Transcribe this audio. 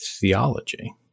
theology